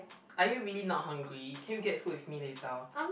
are you really not hungry can you get food with me later